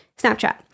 Snapchat